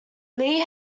lee